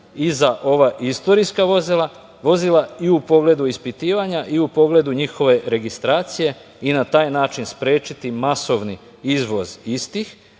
i za ova istorijska vozila, i u pogledu ispitivanja i u pogledu njihove registracije, i na taj način sprečiti masovni izvoz istih,